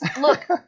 Look